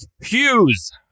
Hughes